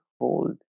hold